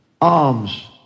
alms